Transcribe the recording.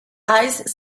ice